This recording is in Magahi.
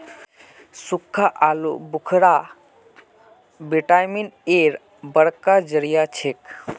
सुक्खा आलू बुखारा विटामिन एर बड़का जरिया छिके